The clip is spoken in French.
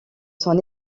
son